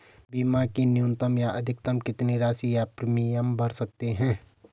बीमा की न्यूनतम या अधिकतम कितनी राशि या प्रीमियम भर सकते हैं?